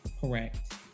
Correct